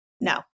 No